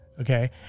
Okay